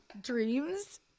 dreams